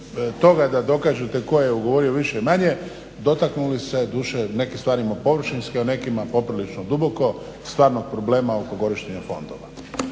da dokažete tko je ugovorio više-manje, dotaknuli se doduše nekih stvari površinski, a nekih poprilično duboko stvarnog problema oko korištenja fondova.